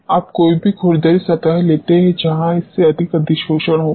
आप कोई भी खुरदरी सतह लेते हैं जहाँ इससे अधिक अधिशोषण होगा